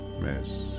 Miss